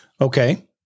Okay